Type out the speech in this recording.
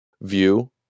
view